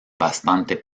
bastante